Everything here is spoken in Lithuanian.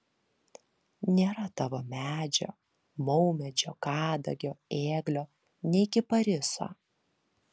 nėra tavo medžio maumedžio kadagio ėglio nei kipariso